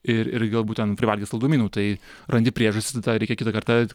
ir ir galbūt ten privalgė saldumynų tai randi priežastį tą reikia kitą kartą